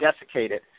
desiccated